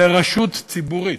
לרשות ציבורית.